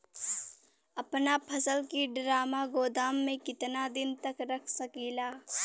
अपना फसल की ड्रामा गोदाम में कितना दिन तक रख सकीला?